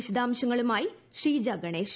വിശദാംശങ്ങളുമായി ഷീജ ഗണേഷ്